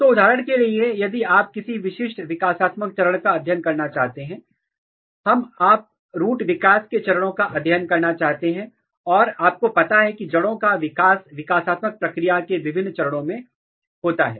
तो उदाहरण के लिए यदि आप किसी विशिष्ट विकासात्मक चरण का अध्ययन करना चाहते हैं हम आप रूट विकास के चरणों का अध्ययन करना चाहते हैं और आपको पता है कि जड़ों का विकास विकासात्मक प्रक्रिया के विभिन्न चरणों में होता है